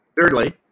Thirdly